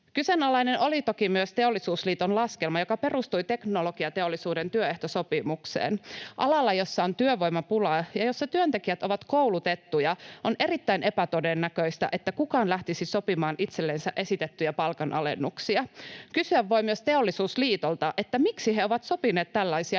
Kyseenalainen oli toki myös Teollisuusliiton laskelma, joka perustui teknologiateollisuuden työehtosopimukseen. Alalla, jolla on työvoimapulaa ja jossa työntekijät ovat koulutettuja, on erittäin epätodennäköistä, että kukaan lähtisi sopimaan itsellensä esitettyjä palkanalennuksia. Kysyä voi myös Teollisuusliitolta, miksi he ovat sopineet tällaisia